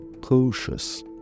cautious